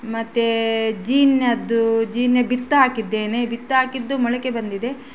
ಮತ್ತು ಜೀನಿಯದ್ದು ಜೀನಿಯ ಬಿತ್ತಿ ಹಾಕಿದ್ದೇನೆ ಬಿತ್ತಾಕಿದ್ದು ಮೊಳಕೆ ಬಂದಿದೆ